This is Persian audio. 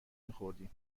میخوردیم